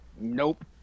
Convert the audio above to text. Nope